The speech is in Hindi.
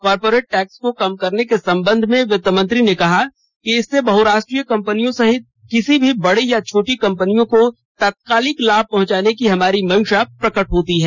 कारपोरेट टैक्स को कम करने के संबंध में सुश्री सीतारामन ने कहा कि इससे बहराष्ट्रीय कंपनियों सहित किसी भी बड़ी या छोटी कंपनी को तत्कालिक लाभ पहुंचाने की हमारी मंशा प्रकट होती है